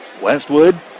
Westwood